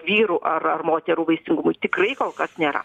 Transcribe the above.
vyrų ar ar moterų vaisingumui tikrai kol kas nėra